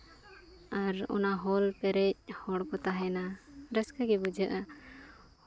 ᱟᱨ ᱚᱱᱟ ᱦᱚᱞ ᱯᱮᱨᱮᱡ ᱦᱚᱲ ᱠᱚ ᱛᱟᱦᱮᱱᱟ ᱨᱟᱹᱥᱠᱟᱹ ᱜᱮ ᱵᱩᱡᱷᱟᱹᱜᱼᱟ